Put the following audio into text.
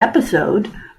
episode